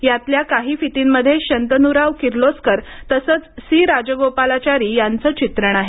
यातल्या काही फिर्तीमध्ये शंतनुराव किर्लोस्कर तसंच सी राजगोपालाचारी यांचं चित्रण आहे